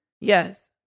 yes